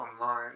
online